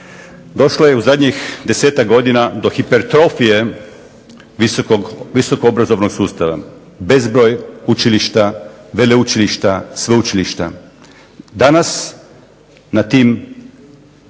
Došlo je u zadnjih 10-tak godina do hipertrofije visoko obrazovnog sustava, bezbroj učilišta, veleučilišta, sveučilišta. Danas na tim